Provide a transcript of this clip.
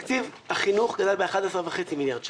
תקציב החינוך גדל ב-11.5 מיליארד שקלים.